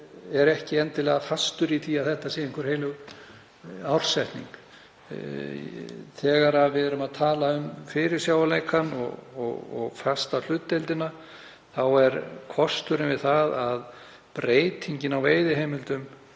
er ekki endilega fastur í því að þetta sé heilagt ártal. Þegar við erum að tala um fyrirsjáanleikann og að festa hlutdeildina er kosturinn við það að breytingin á veiðiheimildum